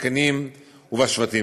בקנים ובשבטים,